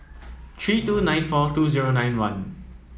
three two nine four two zero nine one